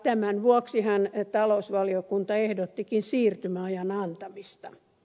tämän vuoksihan talousvaliokunta ehdottikin siirtymäajan antamista